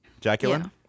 Jacqueline